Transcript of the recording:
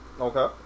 Okay